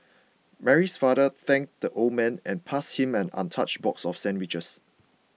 Mary's father thanked the old man and passed him an untouched box of sandwiches